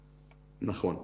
נכון.